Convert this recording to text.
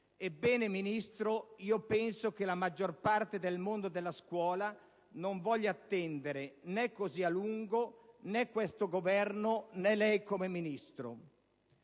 signora Ministro, penso che la maggior parte del mondo della scuola non voglia attendere né così a lungo, né questo Governo, né lei come Ministro.